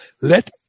Let